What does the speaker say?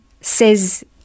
says